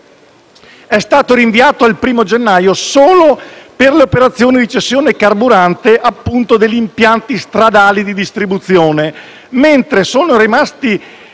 è stato rinviato al 1° gennaio solo per le operazioni di cessione carburante degli impianti stradali di distribuzione,